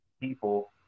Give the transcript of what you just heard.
people